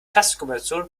tastenkombinationen